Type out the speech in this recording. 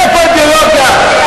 איפה האידיאולוגיה?